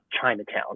Chinatown